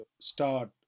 start